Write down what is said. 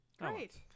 Great